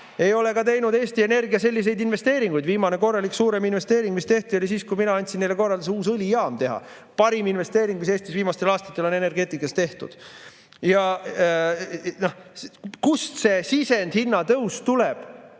Ei ole ka teinud Eesti Energia selliseid investeeringuid. Viimane korralik suurem investeering, mis tehti, oli siis, kui mina andsin neile korralduse uus õlijaam teha. Parim investeering, mis Eestis viimastel aastatel on energeetikas tehtud! Kust see sisendhinna tõus tuleb?